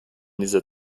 dieser